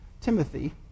Timothy